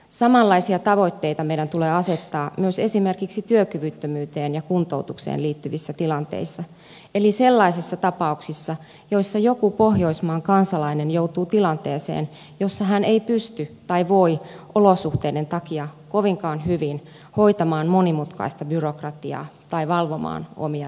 samanlaisia tavoitteita meidän tulee asettaa myös esimerkiksi työkyvyttömyyteen ja kuntoutukseen liittyvissä tilanteissa eli sellaisissa tapauksissa joissa joku pohjoismaan kansalainen joutuu tilanteeseen jossa hän ei voi olosuhteiden takia hoitaa kovinkaan hyvin monimutkaista byrokratiaa tai valvomaan omia etujaan